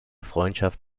freundschaft